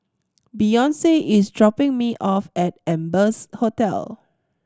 Beyonce is dropping me off at Amber's Hotel